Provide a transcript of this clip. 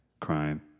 crime